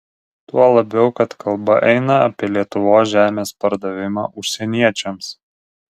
tuo labiau kad kalba eina apie lietuvos žemės pardavimą užsieniečiams